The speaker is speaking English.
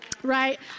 right